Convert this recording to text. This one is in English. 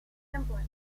emblem